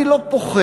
אני לא פוחד,